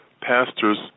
pastors